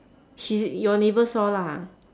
she's your neighbour saw lah